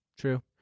True